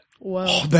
Wow